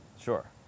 Sure